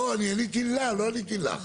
לא, אני עניתי לה, לא עניתי לך.